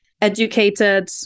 educated